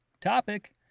Topic